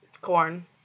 corn